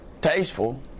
Tasteful